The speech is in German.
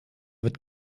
wird